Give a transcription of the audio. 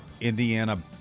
Indiana